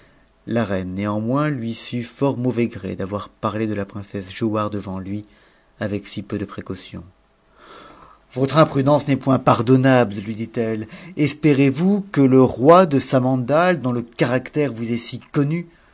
la reine néanmoins lui sut fort mauvais gré d'avoir parlé la princesse giauhare devant lui av ec si peu de précaution votre prudence n'est point pardonnable lui dit-elle espérez-vous que le roi samanda dont le caractère vous est si connu